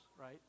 right